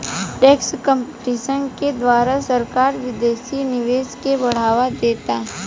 tax competition के द्वारा सरकार विदेशी निवेश के बढ़ावा देता